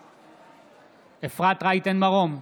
בעד אפרת רייטן מרום,